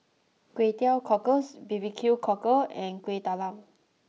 Kway Teow Cockles B B Q Cockle and Kueh Talam